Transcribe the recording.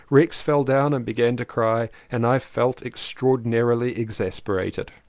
rex fell down and began to cry and i felt extraordi narily exasperated.